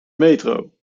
metro